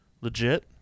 Legit